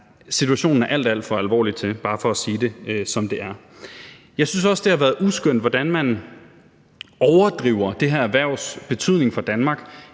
situationen er alt, alt for alvorlig til – bare for at sige det, som det er. Jeg synes også, det har været uskønt, hvordan man overdriver det her erhvervs betydning for Danmark.